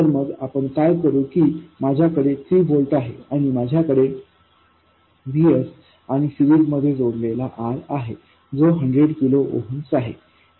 तर मग आपण काय करू की माझ्याकडे 3 व्होल्ट आहे आणि माझ्याकडे VSआणि सीरिजमध्ये जोडलेला R आहे जो 100 किलो ओहम्स आहे